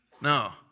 No